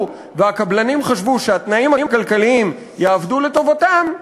והקבלנים חשבו שהתנאים הכלכליים יעבדו לטובתם,